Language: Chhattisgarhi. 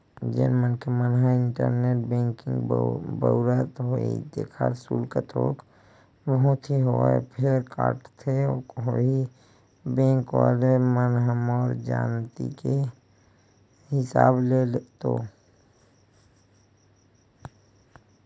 जेन मनखे मन ह इंटरनेट बेंकिग बउरत होही तेखर सुल्क थोक बहुत ही होवय फेर काटथे होही बेंक वले मन ह मोर जानती के हिसाब ले तो